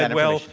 and well,